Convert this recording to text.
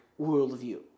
worldview